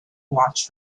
watch